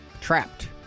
trapped